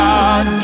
God